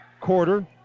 quarter